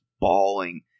bawling